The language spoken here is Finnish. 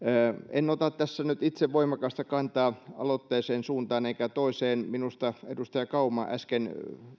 en ota tässä nyt itse voimakasta kantaa aloitteeseen suuntaan enkä toiseen minusta edustaja kauma äsken